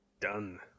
done